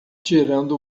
tirando